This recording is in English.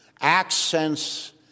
accents